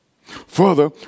Further